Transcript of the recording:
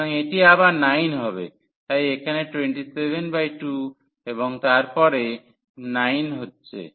সুতরাং এটি আবার 9 হবে তাই এখানে 272 এবং তারপরে 9 হচ্ছে